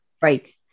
break